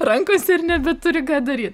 rankose ir nebeturi ką daryt